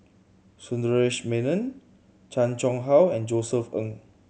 Sundaresh Menon Chan Chang How and Josef Ng